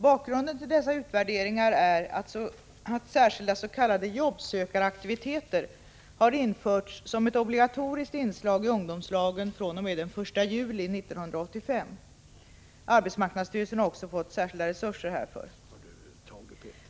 Bakgrunden till dessa utvärderingar är att särskilda s.k. jobbsökaraktiviteter har införts som ett obligatoriskt inslag i ungdomslagen fr.o.m. den 1 juli 1985. Arbetsmarknadsstyrelsen har också fått särskilda resurser härför.